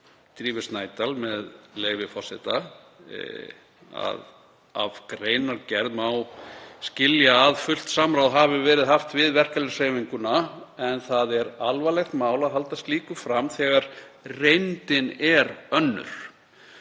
segir, með leyfi forseta: „Af greinargerð má skilja að fullt samráð hafi verið haft við verkalýðshreyfinguna en það er alvarlegt mál að halda slíku fram þegar reyndin er önnur.